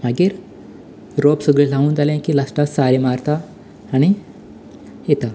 मागीर रोंप सगळें लावन जालें की लास्टाक सारें मारतात आनी येता